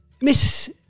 Miss